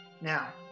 now